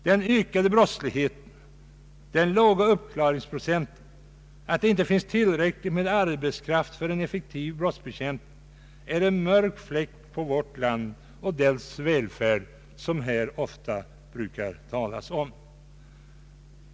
Den ökade brottsligheten, den låga uppklarningsprocenten och det förhållandet att det inte finns tillräckligt med arbetskraft för en effektiv brottsbekämpning är en märk fläck på vårt land och den välfärd som man här brukar tala om.